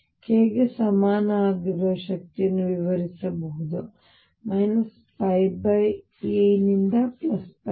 ಮತ್ತು ನಾನು k ಗೆ ಸಮನಾಗಿರುವ ಶಕ್ತಿಯನ್ನು ವಿವರಿಸಬಹುದು πa ನಿಂದ πa